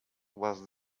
was